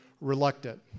reluctant